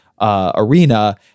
arena